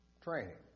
training